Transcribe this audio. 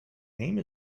name